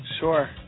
Sure